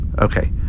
Okay